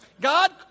God